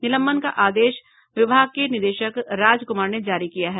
निलंबन का आदेश विभाग के निदेशक राजकुमार ने जारी किया है